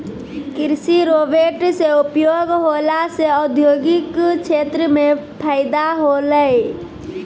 कृषि रोवेट से उपयोग होला से औद्योगिक क्षेत्र मे फैदा होलै